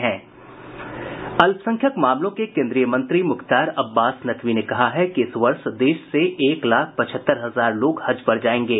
अल्पसंख्यक मामलों के केन्द्रीय मंत्री मुख्तार अब्बास नकवी ने कहा है कि इस वर्ष देश से एक लाख पचहत्तर हजार लोग हज पर जाएंगे